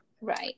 right